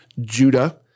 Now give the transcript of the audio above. Judah